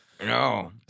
No